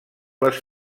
les